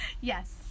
Yes